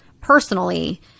personally